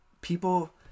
people